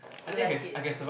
you like it